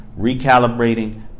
recalibrating